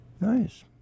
Nice